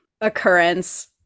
occurrence